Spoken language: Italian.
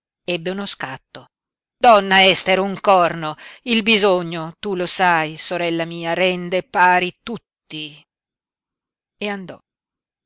ebbe uno scatto donna ester un corno il bisogno tu lo sai sorella mia rende pari tutti e andò